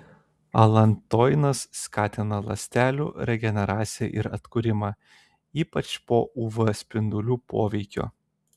alantoinas skatina ląstelių regeneraciją ir atkūrimą ypač po uv spindulių poveikio